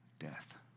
Death